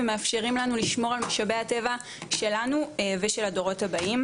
ומאפשרים לנו לשמור על משאבי הטבע שלנו ושל הדורות הבאים.